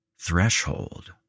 Threshold